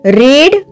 read